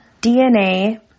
DNA